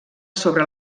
sobre